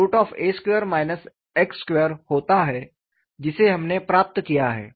एक COD4Ea2 x2 होता है जिसे हमने प्राप्त किया है